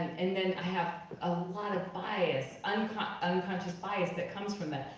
and then i have a lot of bias, unconscious unconscious bias that comes from that.